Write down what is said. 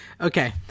okay